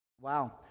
Wow